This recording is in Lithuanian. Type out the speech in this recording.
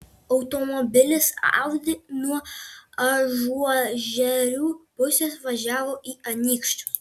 automobilis audi nuo ažuožerių pusės važiavo į anykščius